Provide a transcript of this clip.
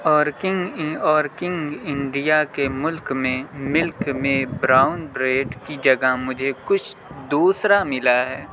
arching ان آرکنگ India کے ملک میں ملک میں براؤن بریڈ کی جگہ مجھے کچھ دوسرا ملا ہے